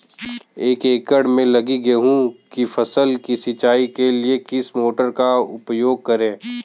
एक एकड़ में लगी गेहूँ की फसल की सिंचाई के लिए किस मोटर का उपयोग करें?